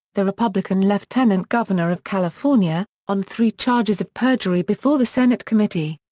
the republican lieutenant governor of california, on three charges of perjury before the senate committee.